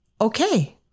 okay